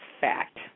fact